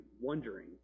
wondering